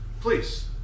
Please